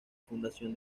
fundación